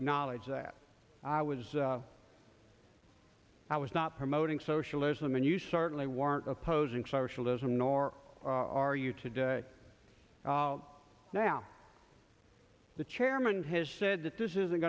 acknowledge that i was i was not promoting socialism and you certainly weren't opposing socialism nor are you today now the chairman has said that this isn't